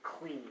clean